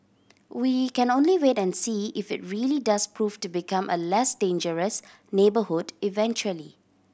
we can only wait and see if it really does prove to become a less dangerous neighbourhood eventually